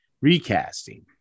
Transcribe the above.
recasting